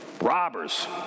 robbers